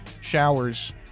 showers